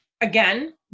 again